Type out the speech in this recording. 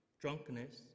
drunkenness